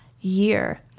year